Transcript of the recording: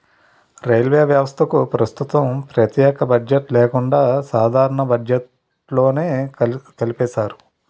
railway వ్యవస్థకు ప్రస్తుతం ప్రత్యేక బడ్జెట్ లేకుండా సాధారణ బడ్జెట్లోనే కలిపేశారు